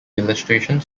illustrations